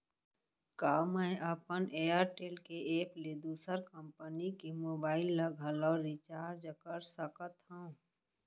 का मैं अपन एयरटेल के एप ले दूसर कंपनी के मोबाइल ला घलव रिचार्ज कर सकत हव?